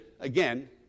Again